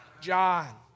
John